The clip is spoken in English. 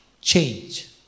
change